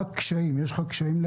יש לך קשיים?